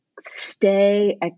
stay